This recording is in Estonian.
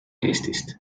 eestist